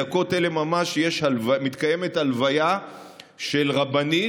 בדקות אלה ממש מתקיימת הלוויה של רבנית,